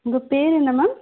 உங்கள் பெயரு என்ன மேம்